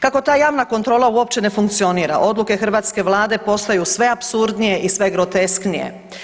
Kako ta javna kontrola uopće ne funkcionira, odluka hrvatske Vlade postaju sve apsurdnije i sve grotesknije.